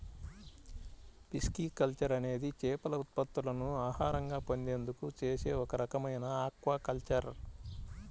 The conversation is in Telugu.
పిస్కికల్చర్ అనేది చేపల ఉత్పత్తులను ఆహారంగా పొందేందుకు చేసే ఒక రకమైన ఆక్వాకల్చర్